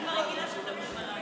אני כבר רגילה שמדברים עליי.